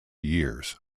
years